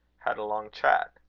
had a long chat.